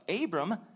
Abram